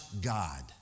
God